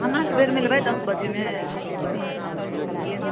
खानाके बेर मिलबै दश बजेमे बुझलियै ने